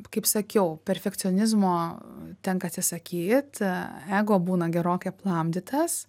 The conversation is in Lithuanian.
kaip sakiau perfekcionizmo tenka atsisakyt ego būna gerokai aplamdytas